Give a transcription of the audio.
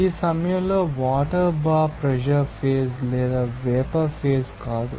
ఈ సమయంలో water bar pressure phase లేదా వేపర్ ఫేజ్ కాదు